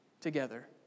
Together